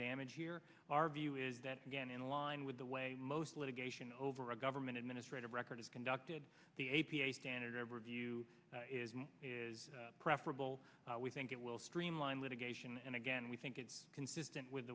damage here our view is that again in line with the way most litigation over a government administrative record is conducted the standard ever view is preferable we think it will streamline litigation and again we think it's consistent with